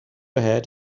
ahead